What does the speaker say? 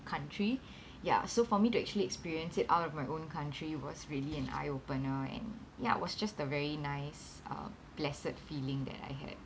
country ya so for me to actually experience it out of my own country was really an eye opener and ya it was just a very nice uh blessed feeling that I had